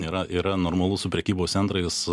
yra yra normalu su prekybos centrais